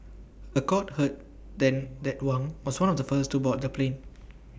A court heard then that Wang was one of the first to board the plane